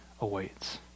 awaits